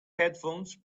headphones